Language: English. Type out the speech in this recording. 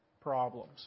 problems